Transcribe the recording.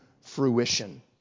fruition